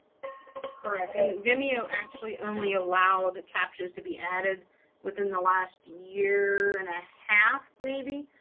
correct. and vimeo actually only allowed captions to be added within the last year and a half maybe.